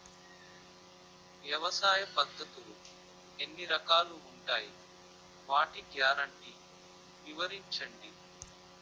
వ్యవసాయ పద్ధతులు ఎన్ని రకాలు ఉంటాయి? వాటి గ్యారంటీ వివరించండి?